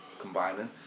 combining